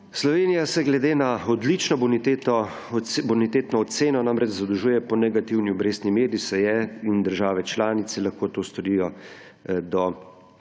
Slovenija se glede na odlično bonitetno oceno namreč zadolžuje po negativni obrestni meri, se je, in države članice lahko to storijo do